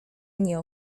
nie